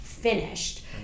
finished